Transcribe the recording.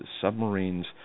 submarines